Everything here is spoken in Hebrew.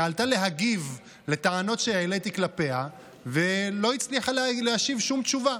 היא עלתה להגיב על טענות שהעליתי כלפיה ולא הצליחה להשיב שום תשובה.